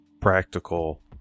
practical